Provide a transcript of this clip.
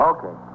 Okay